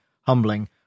humbling